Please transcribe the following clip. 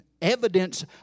Evidence